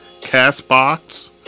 CastBox